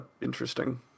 interesting